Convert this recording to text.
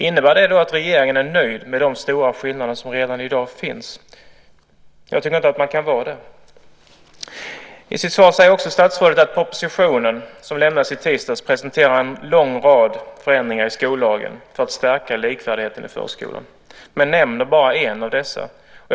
Innebär det att regeringen är nöjd med de stora skillnader som i dag finns? Jag tycker inte att man kan vara nöjd. I sitt svar säger statsrådet vidare att propositionen som lämnades i tisdags presenterar en lång rad förändringar i skollagen för att stärka likvärdigheten i förskolan. Hon nämner dock endast en av dessa.